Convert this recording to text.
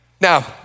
Now